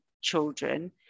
children